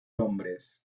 hombres